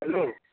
hello